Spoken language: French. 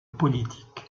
politique